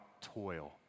toil